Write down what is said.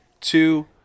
two